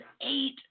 eight